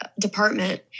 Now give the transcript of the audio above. department